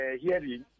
hearing